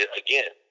again